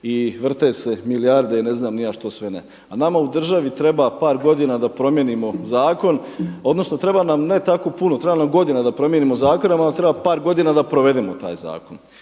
i vrte se milijarde i ne znam ni ja što sve ne. A nama u državi treba par godina da promijenimo zakon odnosno treba nam ne tako puno, treba nam godina da promijenimo zakon, ali nam treba par godina da provedemo taj zakon.